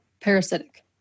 parasitic